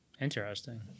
Interesting